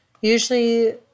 usually